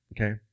Okay